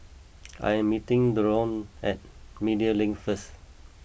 I am meeting Dorine at Media Link first